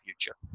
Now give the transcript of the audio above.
future